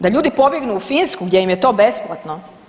Da ljudi pobjegnu u Finsku gdje im je to besplatno?